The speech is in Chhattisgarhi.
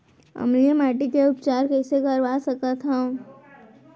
अम्लीय माटी के उपचार कइसे करवा सकत हव?